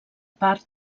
part